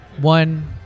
one